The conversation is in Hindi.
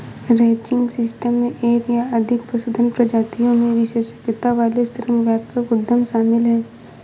रैंचिंग सिस्टम में एक या अधिक पशुधन प्रजातियों में विशेषज्ञता वाले श्रम व्यापक उद्यम शामिल हैं